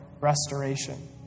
restoration